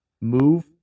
move